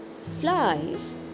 flies